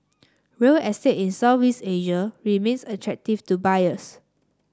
real estate in Southeast Asia remains attractive to buyers